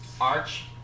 Arch